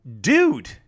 dude